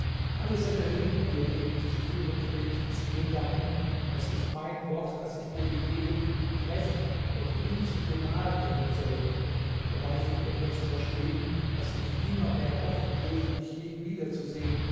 alle seine reden die er gegen mich zu führen pflegt zielen dahin daß ich mein wort das ich dir gegeben brechen und ihn zum gemahl nehmen soll dabei gibt er mir zu verstehen daß ich nimmermehr hoffen dürfe dich je wieder